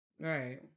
Right